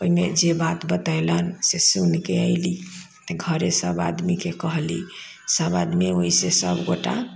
ओहिमे जे बात बतैलनि से सुनिके अइली तऽ घरे सब आदमीके कहली सब आदमी ओहिसँ सबगोटा